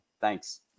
thanks